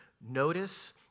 notice